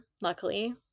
luckily